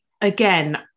again